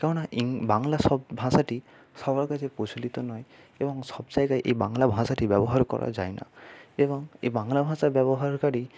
কেন না ইং বাংলা সব ভাষাটি সবার কাছে প্রচলিত নয় এবং সব জায়গায় এই বাংলা ভাষাটি ব্যবহার করা যায় না এবং এই বাংলা ভাষা ব্যবহারকারী